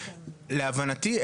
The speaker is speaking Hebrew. להבנתי,